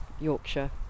Yorkshire